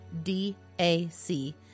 DAC